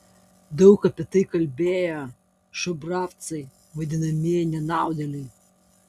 daug apie tai kalbėjo šubravcai vadinamieji nenaudėliai